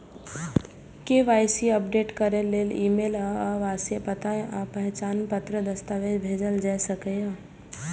KYC update करै लेल email सं आवासीय पता आ पहचान पत्रक दस्तावेज भेजल जा सकैए